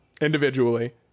individually